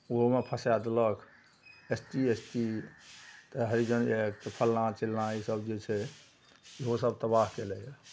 ओहोमे फसै देलक S C S T Harijan act तऽ फल्लाँ चिल्लाँ ईसब जे छै ओहोसब तबाह कएने यऽ